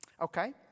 okay